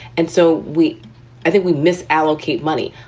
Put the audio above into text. and so we i think we miss allocate money.